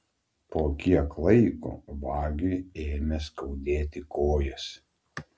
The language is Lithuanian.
po kiek laiko vagiui ėmė skaudėti kojas